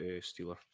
stealer